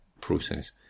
process